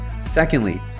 Secondly